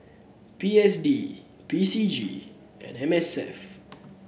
P S D P C G and M S F